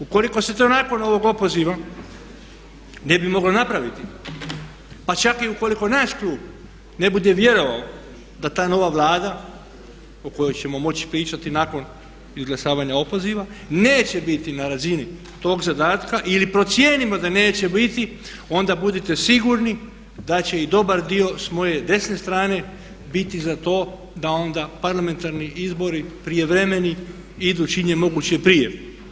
Ukoliko se to nakon ovog opoziva ne bi moglo napraviti pa čak i ukoliko naš klub ne bude vjerovao da ta nova Vlada o kojoj ćemo moći pričati nakon izglasavanja opoziva neće biti na razini toga zadatka ili procijenimo da neće biti onda budite sigurni da će i dobar dio s moje desne strane biti za to da onda parlamentarni izbori prijevremeni idu čim je moguće prije.